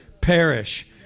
perish